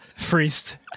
Priest